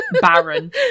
Baron